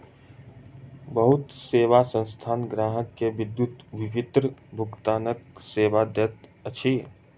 बहुत सेवा संस्थान ग्राहक के विद्युत विपत्र भुगतानक सेवा दैत अछि